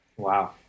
Wow